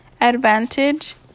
advantage